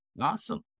Awesome